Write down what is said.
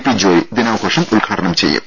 P Joy ദിനാഘോഷം ഉദ്ഘാടനം ചെയ്യും